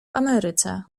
ameryce